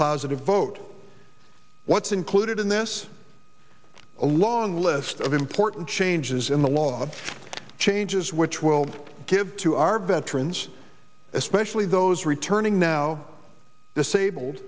positive vote what's included in this a long list of important changes in the law changes which world give to our veterans especially those returning now disabled